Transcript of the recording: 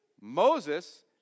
Moses